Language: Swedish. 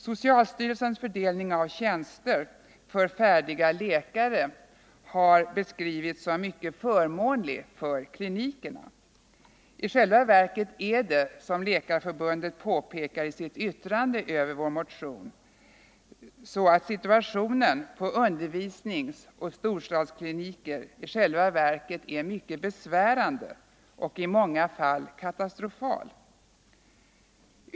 Socialstyrelsens fördelning av tjänster för färdiga läkare har beskrivits som mycket förmånlig för klinikerna. I själva verket är, som Läkarförbundet påpekar i sitt yttrande över vår motion, situationen på undervisningsoch storstadskliniker mycket besvärande och i många fall katastrofal.